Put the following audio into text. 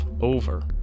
over